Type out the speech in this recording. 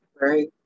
right